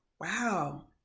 Wow